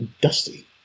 Dusty